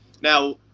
now